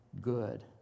good